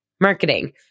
marketing